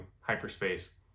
hyperspace